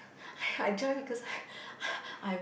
I join because I